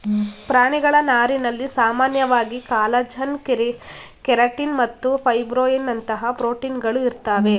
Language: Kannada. ಪ್ರಾಣಿಗಳ ನಾರಿನಲ್ಲಿ ಸಾಮಾನ್ಯವಾಗಿ ಕಾಲಜನ್ ಕೆರಟಿನ್ ಮತ್ತು ಫೈಬ್ರೋಯಿನ್ನಂತಹ ಪ್ರೋಟೀನ್ಗಳು ಇರ್ತವೆ